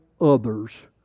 others